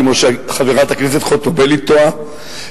כמו שחברת הכנסת חוטובלי טועה,